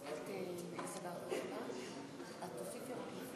תודה רבה לחברת הכנסת מירב בן ארי.